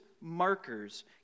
markers